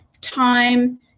time